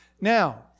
Now